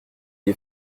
est